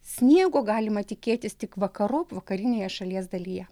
sniego galima tikėtis tik vakarop vakarinėje šalies dalyje